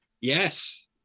Yes